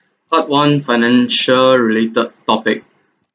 part one financial related topic